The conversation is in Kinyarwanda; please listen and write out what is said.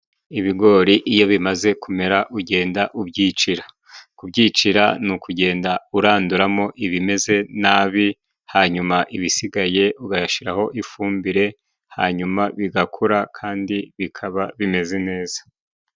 Ibigori iyo bimaze kumera, ugenda ubyicira. Kubyicira ni ukugenda uranduramo ibimeze nabi, hanyuma ibisigaye ugashyiraho ifumbire, hanyuma bigakura kandi bikaba bimeze neza.